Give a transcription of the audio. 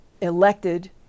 elected